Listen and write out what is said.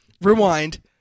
rewind